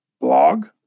blog